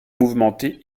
mouvementée